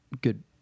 good